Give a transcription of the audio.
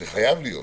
זה חייב להיות.